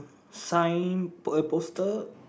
sign a poster